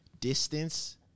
Distance